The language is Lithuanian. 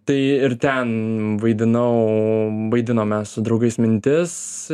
tai ir ten vaidinau vaidinom mes su draugais mintis